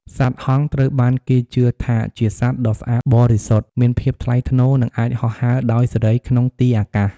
សត្វហង្សត្រូវបានគេជឿថាជាសត្វដ៏ស្អាតបរិសុទ្ធ មានភាពថ្លៃថ្នូរ និងអាចហោះហើរដោយសេរីក្នុងទីអាកាស។